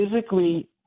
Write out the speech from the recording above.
Physically